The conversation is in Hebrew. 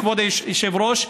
כבוד היושב-ראש,